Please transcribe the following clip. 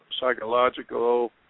psychological